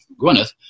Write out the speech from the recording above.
Gwyneth